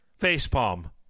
facepalm